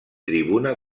tribuna